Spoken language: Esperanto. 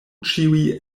ĉiuj